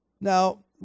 Now